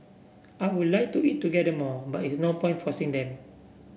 I would like to eat together more but is no point forcing them